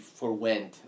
forwent